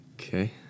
okay